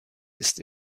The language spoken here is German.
ist